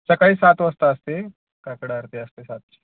सकाळी सात वाजता असते काकड आरती असते सात